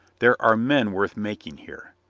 there are men worth making here.